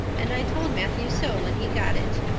and i told matthew so when he got it.